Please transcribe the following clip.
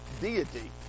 deity